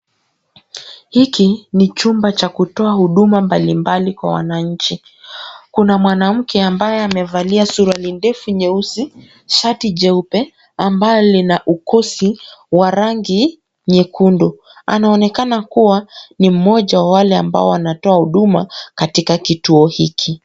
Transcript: Hiki ni chumba cha kutoa huduma mbali mbali kwa wananchi, kuna mwanamke ambaye amevalia suruali ndefu nyeusi, shati jeupe ambalo lina ukufu wa rangi nyekundu, anaonekana kuwa ni mmoja wa wale ambao wanatoa huduma katika kituo hiki.